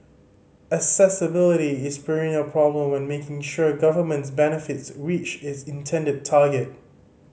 accessibility is a perennial problem when making sure governments benefits reach its intended target